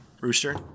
Rooster